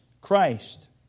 Christ